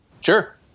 Sure